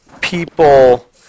people